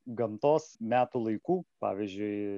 gamtos metų laikų pavyzdžiui